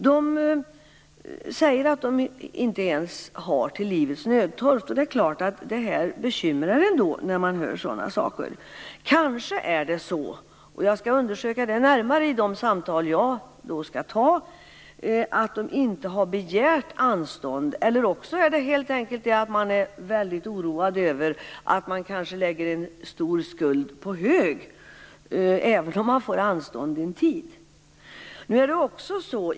De säger att de inte ens har till livets nödtorft. Det är klart att man blir bekymrad när man hör sådana saker. Kanske - och det skall jag undersöka närmare i de samtal som jag skall ha - är det så att papporna inte har begärt anstånd eller också är de helt enkelt väldigt oroade över att det kan läggas en stor skuld på hög, även om de får anstånd en tid.